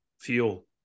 fuel